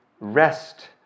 rest